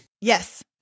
yes